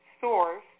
source